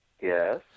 Yes